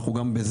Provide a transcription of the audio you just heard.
אנחנו גם בזה,